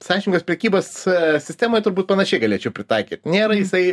sąžiningos prekybos sistemoj turbūt panašiai galėčiau pritaikyt nėra jisai